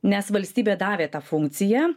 nes valstybė davė tą funkciją